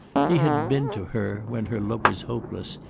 he had been to her, when her love was hopeless,